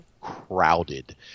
crowded